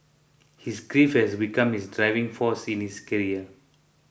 his grief has become his driving force in his career